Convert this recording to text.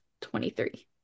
23